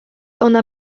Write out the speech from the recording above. ona